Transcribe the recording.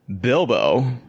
Bilbo